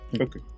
Okay